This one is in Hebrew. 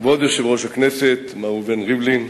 כבוד יושב-ראש הכנסת מר ראובן ריבלין,